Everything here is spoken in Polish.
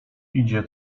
idzie